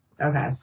Okay